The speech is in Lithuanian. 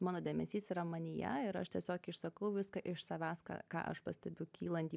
mano dėmesys yra manyje ir aš tiesiog išsakau viską iš savęs ką ką aš pastebiu kylantį